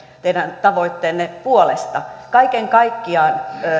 teidän tavoitteidenne puolesta kaiken kaikkiaan